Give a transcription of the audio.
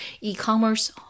e-commerce